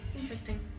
Interesting